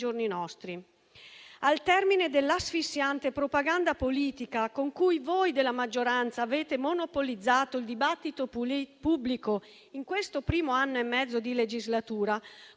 giorni nostri. Al termine dell'asfissiante propaganda politica con cui voi della maggioranza avete monopolizzato il dibattito pubblico in questo primo anno e mezzo di legislatura,